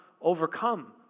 overcome